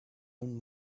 own